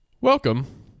welcome